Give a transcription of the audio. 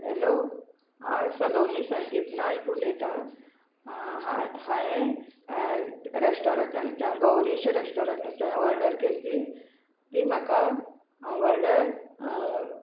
hello आं सलोनी संदीप नायक उलयतां हां हांयें रेस्टोरंटानच्यान गौरीश रेस्टोरंट वॉर्डर केल्ली ती म्हाका वॉर्डर